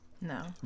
No